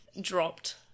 dropped